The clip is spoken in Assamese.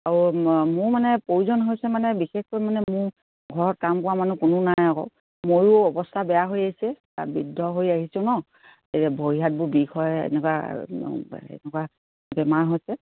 আৰু মোৰ মানে প্ৰয়োজন হৈছে মানে বিশেষকৈ মানে মোৰ ঘৰত কাম কৰা মানুহ কোনো নাই আৰু ময়ো অৱস্থা বেয়া হৈ আহিছে বৃদ্ধ হৈ আহিছোঁ ন ভৰি হাতবোৰ বিষ হয় এনেকুৱা এনেকুৱা বেমাৰ হৈছে